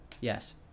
Yes